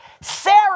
Sarah